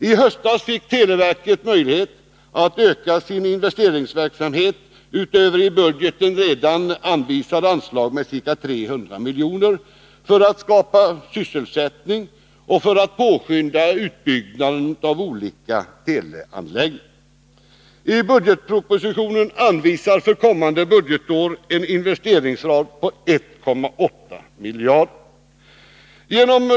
I höstas fick televerket möjlighet att öka sin investeringsverksamhet utöver i budgeten redan anvisade anslag med ca 300 milj.kr. för att skapa sysselsättning och påskynda utbyggnaden av olika teleanläggningar. I budgetpropositionen anvisas för kommande budgetår en investeringsram på 1,8 miljarder kronor.